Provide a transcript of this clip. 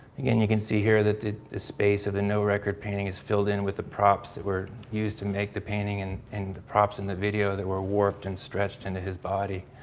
again, you can see here that the space of the no record painting is filled in with the props that were used to make the painting and and the props in the video that were warped and stretched into his body.